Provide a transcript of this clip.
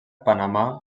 panamà